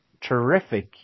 terrific